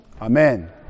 Amen